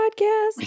podcast